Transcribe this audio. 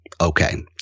okay